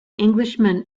englishman